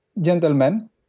gentlemen